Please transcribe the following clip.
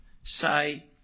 say